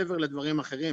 מעבר לדברים אחרים,